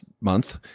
month